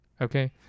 Okay